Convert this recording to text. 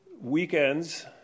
weekends